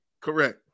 Correct